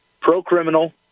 pro-criminal